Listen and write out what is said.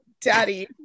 daddy